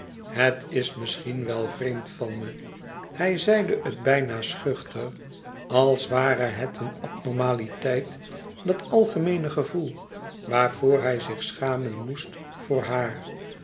het is misschien wel vreemd van me hij zeide het bijna schuchter als ware het een abnormaliteit dat algemeene gevoel waarvoor hij zich schamen moest voor haar